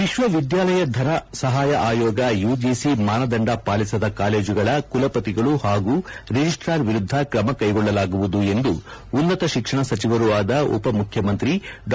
ವಿಶ್ವವಿದ್ಯಾಲಯ ಧನ ಆಯೋಗ ಯುಜಿಲ ಮಾನದಂಡ ಪಾಲಸದ ಕಾಲೇಜುಗಳ ಕುಲಪತಿಗಳು ಹಾಗೂ ಲಿಜಸ್ಟಾರ್ ವಿರುದ್ದ ಕ್ರಮ ಕ್ಷೆಗೊಳ್ಳಲಾಗುವುದು ಎಂದು ಉನ್ನತ ಶಿಕ್ಷಣ ಸಚಿವರೂ ಆದ ಉಪಮುಖ್ಯಮಂತ್ರಿ ಡಾ